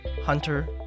Hunter